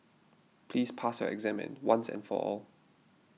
please pass your exam and once and for all